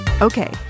Okay